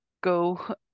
go